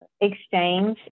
exchange